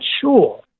sure